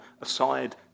aside